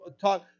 talk